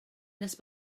nes